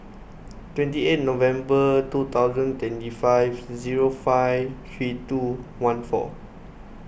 twenty eight November two thousand twenty five zero five three two one four